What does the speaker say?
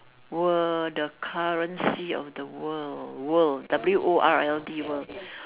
were the currency of the world world W O R L D world